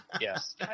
Yes